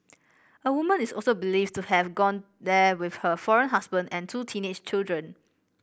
a woman is also believed to have gone there with her foreign husband and two teenage children